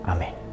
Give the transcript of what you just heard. Amen